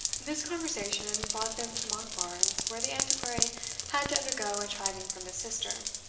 this conversation brought them to monkbarns, where the antiquary had to undergo a chiding from his sister,